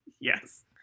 Yes